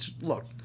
Look